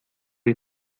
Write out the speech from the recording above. die